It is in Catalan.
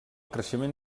creixement